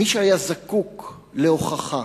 מי שהיה זקוק להוכחה